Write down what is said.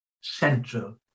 central